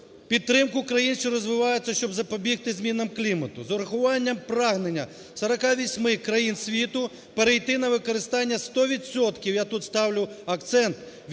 Підтримку країн, що розвиваються, щоб запобігти змінам клімату. З урахуванням прагнення 48 країн світу перейти на використання 100 відсотків, я тут ставлю акцент, відновлювальних